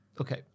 Okay